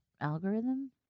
algorithm